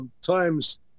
times